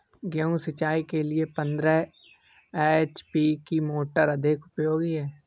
गेहूँ सिंचाई के लिए पंद्रह एच.पी की मोटर अधिक उपयोगी है?